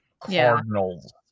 Cardinals